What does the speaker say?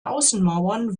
außenmauern